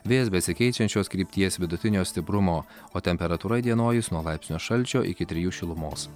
vėjas besikeičiančios krypties vidutinio stiprumo o temperatūra įdienojus nuo laipsnio šalčio iki trijų šilumos